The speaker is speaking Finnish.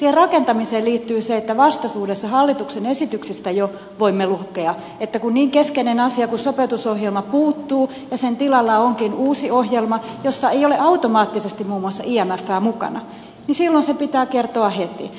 siihen rakentamiseen liittyy se että vastaisuudessa hallituksen esityksistä jo voimme lukea että kun niin keskeinen asia kuin sopeutusohjelma puuttuu ja sen tilalla onkin uusi ohjelma jossa ei ole automaattisesti muun muassa imfää mukana niin silloin se pitää kertoa heti